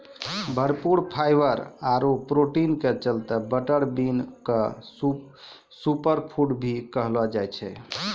भरपूर फाइवर आरो प्रोटीन के चलतॅ बटर बीन क सूपर फूड भी कहलो जाय छै